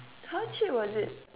how cheap was it